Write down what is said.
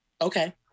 Okay